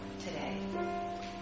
today